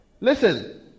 Listen